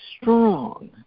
strong